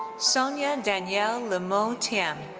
sonia danielle lemou tieyam.